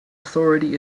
authority